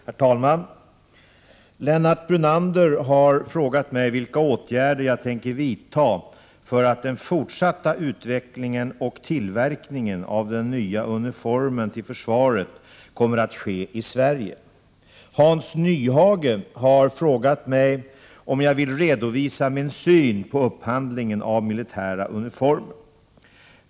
Herr talman! Lennart Brunander har frågat mig vilka åtgärder jag tänker vidta för att den fortsatta utvecklingen och tillverkningen av den nya uniformen till försvaret kommer att ske i Sverige. Hans Nyhage har frågat mig om jag vill redovisa min syn på upphandlingen av militära uniformer.